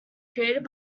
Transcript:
created